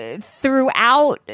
throughout